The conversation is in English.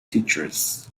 teachers